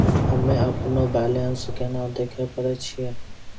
हम्मे अपनो बैलेंस केना देखे पारे छियै?